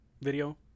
video